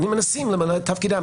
והם מנסים למלא את תפקידם.